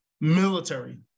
military